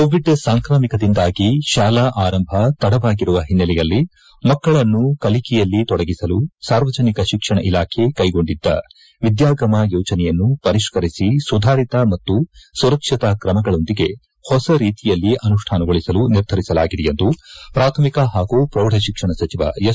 Covid ಸಾಂಕ್ರಾಮಿಕದಿಂದಾಗಿ ಶಾಲಾ ಆರಂಭ ತಡವಾಗಿರುವ ಓನ್ನೆಲೆಯಲ್ಲಿ ಮಕ್ಕಳನ್ನು ಕಲಿಕೆಯಲ್ಲಿ ತೊಡಗಿಸಲು ಸಾರ್ವಜನಿಕ ಶಿಕ್ಷಣ ಇಲಾಖೆ ಕೈಗೊಂಡಿದ್ದ ವಿದ್ಯಾಗಮ ಯೋಜನೆಯನ್ನು ಪರಿಷ್ಠರಿಸಿ ಸುಧಾರಿತ ಮತ್ತು ಸುರಕ್ಷತಾ ತ್ರಮಗಳೊಂದಿಗೆ ಹೊಸ ರೀತಿಯಲ್ಲಿ ಅನುಷ್ಠಾನಗೊಳಿಸಲು ನಿರ್ಧರಿಸಲಾಗಿದೆ ಎಂದು ಪ್ರಾಥಮಿಕ ಪಾಗೂ ಪ್ರೌಢಶಿಕ್ಷಣ ಸಚಿವ ಎಸ್